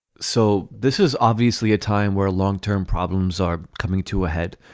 so this is obviously a time where long term problems are coming to a head.